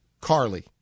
Carly